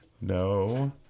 No